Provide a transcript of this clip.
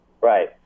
Right